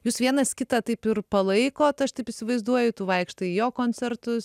jūs vienas kitą taip ir palaikot aš taip įsivaizduoju tu vaikštai į jo koncertus